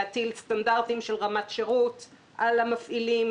להטיל סטנדרטים של רמת שירות על המפעילים,